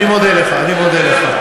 אני מודה לך.